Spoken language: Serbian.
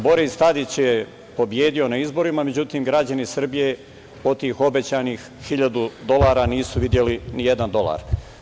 Boris Tadić je pobedio na izborima, međutim, građani Srbije od tih obećanih 1.000 dolara nisu videli nijedan dolar.